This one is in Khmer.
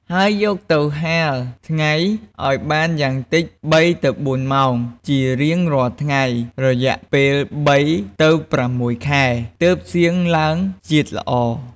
ហើយយកវាទៅហាលថ្ងៃឱ្យបានយ៉ាងតិច ៣-៤ ម៉ោងជារៀងរាល់ថ្ងៃ រយៈពេល ៣ ទៅ ៦ ខែ ទើបសៀងឡើងជាតិល្អ។